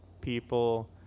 people